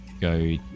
Go